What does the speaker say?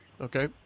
okay